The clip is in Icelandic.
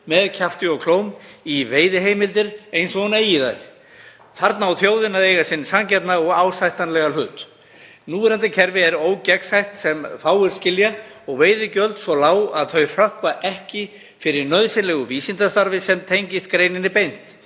með kjafti og klóm í veiðiheimildir eins og hún eigi þær. Þarna á þjóðin að eiga sinn sanngjarna og ásættanlega hlut. Núverandi kerfi er ógegnsætt sem fáir skilja og veiðigjöld svo lág að þau hrökkva ekki fyrir nauðsynlegu vísindastarfi sem tengist greininni beint,